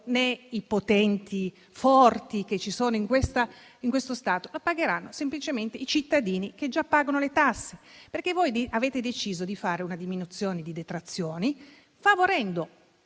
né i potenti che ci sono in questo Stato, ma la pagheranno semplicemente i cittadini che già pagano le tasse. Voi avete deciso di fare una diminuzione delle detrazioni favorendo